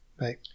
right